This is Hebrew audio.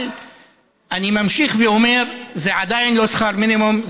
אבל אני ממשיך ואומר: זה עדיין לא שכר מינימום,